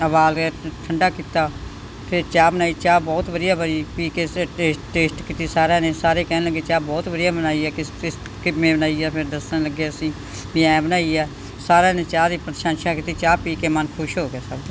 ਉਬਾਲ ਕੇ ਠੰਢਾ ਕੀਤਾ ਫਿਰ ਚਾਹ ਬਣਾਈ ਚਾਹ ਬਹੁਤ ਵਧੀਆ ਬਣੀ ਪੀ ਕੇ ਫਿਰ ਟੇਸਟ ਟੇਸਟ ਕੀਤੀ ਸਾਰਿਆਂ ਨੇ ਸਾਰੇ ਕਹਿਣ ਲੱਗੇ ਚਾਹ ਬਹੁਤ ਵਧੀਆ ਬਣਾਈ ਆ ਕਿਸ ਕਿਸ ਕਿਵੇਂ ਬਣਾਈ ਆ ਫਿਰ ਦੱਸਣ ਲੱਗੇ ਅਸੀਂ ਵੀ ਆਏ ਬਣਾਈ ਆ ਸਾਰਿਆਂ ਨੇ ਚਾਹ ਦੀ ਪ੍ਰਸ਼ੰਸ਼ਾ ਕੀਤੀ ਚਾਹ ਪੀ ਕੇ ਮਨ ਖੁਸ਼ ਹੋ ਗਿਆ ਸਭ ਦਾ